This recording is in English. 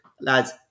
lads